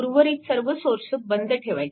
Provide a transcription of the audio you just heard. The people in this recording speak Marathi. उर्वरित सर्व सोर्स बंद ठेवायचे